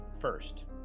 first